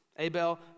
Abel